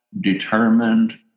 determined